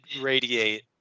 radiate